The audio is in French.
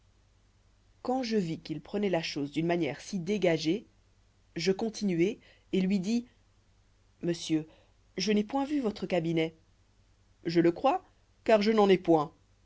quand je vis qu'il prenoit la chose d'une manière si dégagée je continuai et lui dis monsieur je n'ai point vu votre cabinet je le crois car je n'en ai point